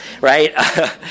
right